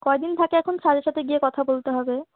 কদিন থাকে এখন স্যারের সাথে গিয়ে কথা বলতে হবে